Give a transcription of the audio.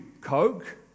Coke